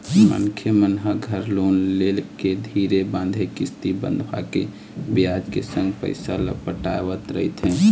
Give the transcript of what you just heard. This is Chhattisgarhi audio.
मनखे मन ह घर लोन लेके धीरे बांधे किस्ती बंधवाके बियाज के संग पइसा ल पटावत रहिथे